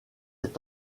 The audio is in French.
est